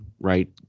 right